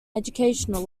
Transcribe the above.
educational